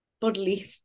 bodily